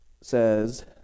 says